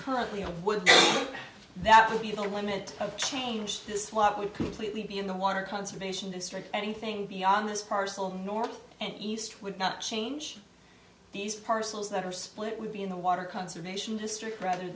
currently a would that would be the limit of change this what we completely be in the water conservation district anything beyond this parcel north and east would not change these parcels that are split would be in the water conservation district rather